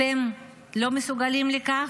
אתם לא מסוגלים לכך?